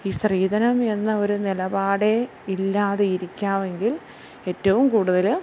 ഈ സ്ത്രീധനം എന്ന ഒര് നിലപാടേ ഇല്ലാതെ ഇരിക്കുവാണെങ്കിൽ ഏറ്റവും കൂടുതല്